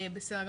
בסדר גמור.